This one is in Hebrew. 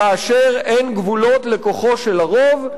כאשר אין גבולות לכוחו של הרוב,